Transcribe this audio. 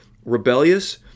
Rebellious